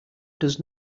does